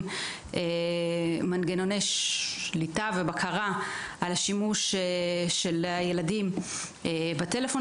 מנגנוני שליטה ובקרה על שימו של הילדים בטלפון